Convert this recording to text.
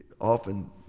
often